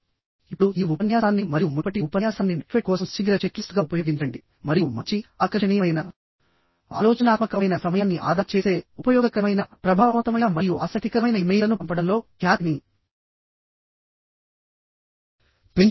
ఇప్పుడు ఈ ఉపన్యాసాన్ని మరియు మునుపటి ఉపన్యాసాన్ని నెట్క్వెట్ కోసం శీఘ్ర చెక్లిస్ట్గా ఉపయోగించండి మరియు మంచి ఆకర్షణీయమైన ఆలోచనాత్మకమైన సమయాన్ని ఆదా చేసే ఉపయోగకరమైనప్రభావవంతమైన మరియు ఆసక్తికరమైన ఇమెయిల్లను పంపడంలో ఖ్యాతిని పెంచుకోండి